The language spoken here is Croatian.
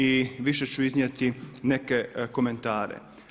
I više ću iznijeti neke komentare.